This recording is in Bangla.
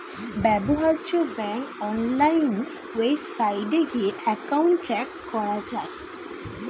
ব্যবহার্য ব্যাংক অনলাইন ওয়েবসাইটে গিয়ে অ্যাকাউন্ট ট্র্যাক করা যায়